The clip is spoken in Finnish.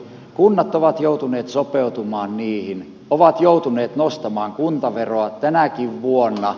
kunnat ovat joutuneet sopeutumaan niihin ovat joutuneet nostamaan kuntaveroa tänäkin vuonna